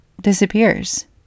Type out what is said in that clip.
disappears